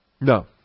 No